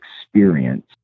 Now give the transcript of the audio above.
experience